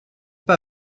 pas